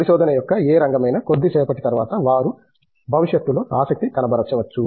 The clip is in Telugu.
పరిశోధన యొక్క ఏ రంగమైనా కొద్దిసేపటి తరువాత వారు భవిష్యత్తులో ఆసక్తి కనబరచవచ్చు